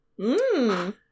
Mmm